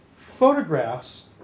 photographs